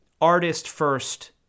artist-first